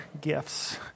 gifts